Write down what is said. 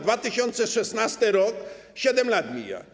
2016 r. - 7 lat mija.